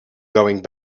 going